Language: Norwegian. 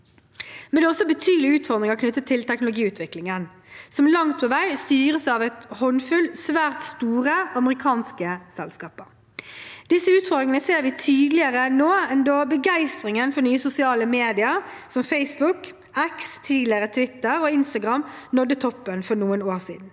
er det også betydelige utfordringer knyttet til teknologiutviklingen, som langt på vei styres av en håndfull svært store amerikanske selskaper. Disse utfordringene ser vi tydeligere nå enn da begeistringen for nye sosiale medier som Facebook, X – tidligere Twitter – og Instagram nådde toppen for noen år siden.